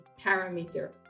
parameter